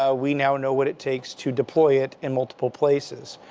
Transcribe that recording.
ah we now know what it takes to deploy it in multiple places.